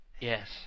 Yes